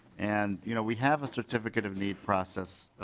and you know we have a certificate of need process